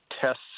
tests